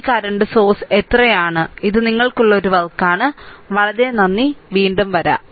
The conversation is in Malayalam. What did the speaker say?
ഈ നിലവിലെ ഉറവിടം എത്രയാണ ഇത് നിങ്ങൾക്കുള്ള ഒരു വർക്ക് ആണ് വളരെ നന്ദി വീണ്ടും വരാം